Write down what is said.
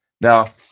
Now